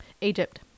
Egypt